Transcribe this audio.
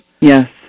Yes